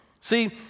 See